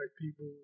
people